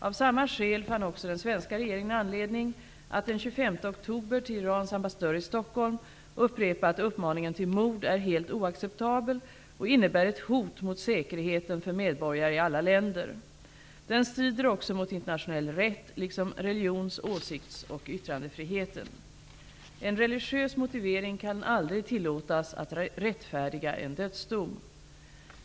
Av samma skäl fann också den svenska regeringen anledning att den 25 oktober till Irans ambassadör i Stockholm upprepa att uppmaningen till mord är helt oacceptabel och innebär ett hot mot säkerheten för medborgare i alla länder. Den strider också mot internationell rätt liksom religions-, åsikts och yttrandefriheten. En religiös motivering kan aldrig tillåtas att rättfärdiga en dödsdom.